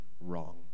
wrong